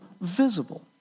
visible